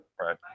Right